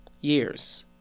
years